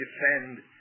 defend